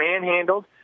manhandled